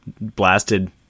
blasted